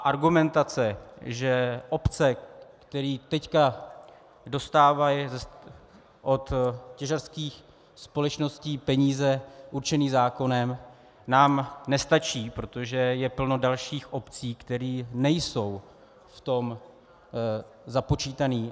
Argumentace, že obce, které teď dostávají od těžařských společností peníze určené zákonem, nám nestačí, protože je plno dalších obcí, které nejsou v tom započítané.